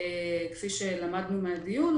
כפי שלמדנו מהדיון,